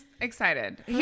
excited